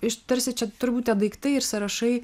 iš tarsi čia turbūt tie daiktai ir sąrašai